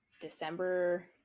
December